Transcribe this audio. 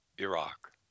Iraq